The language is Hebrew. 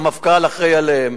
המפכ"ל אחראי להם.